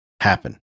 happen